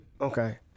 Okay